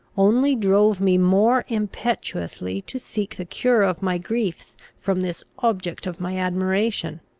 only drove me more impetuously to seek the cure of my griefs from this object of my admiration.